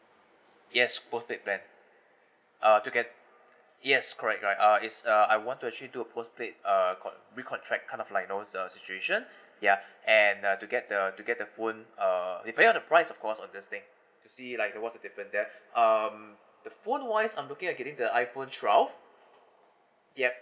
yes postpaid plan uh to get yes correct right uh is uh I want to actually do a postpaid uh con~ recontract kind of like you know situation ya and uh to get the to get the phone err regarding of the price of course on this thing you see like there was a different brand um the phone wise I'm looking at getting the iPhone twelve yup